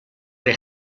ere